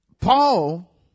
Paul